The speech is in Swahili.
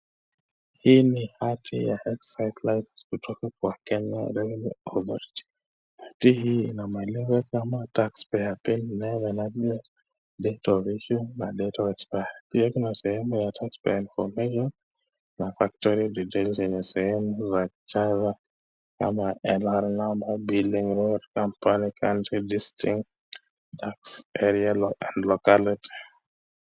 Hii ni hati ya Excise license kutoka kwa Kenya Revenue Authority. Hati hii ina maelezo kama taxpayer pin number na vile vile tax payer na factory details inasema ya chawa kama airlane number billing road company county district tax area na locality .